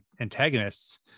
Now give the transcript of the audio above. antagonists